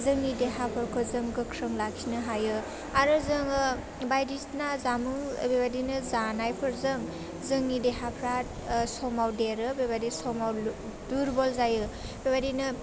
जोंनि देहाफोरखौ जों गोख्रों लाखिनो हायो आरो जोङो बायदिसिना जामुं बेबायदिनो जानायफोरजों जोंनि देहाफ्रा ओह समाव देरो बेबायदि समाव दुरबल जायो बे बायदिनो